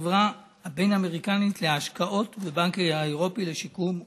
בחברה הבין-אמריקנית להשקעות ובבנק האירופי לשיקום ולפיתוח.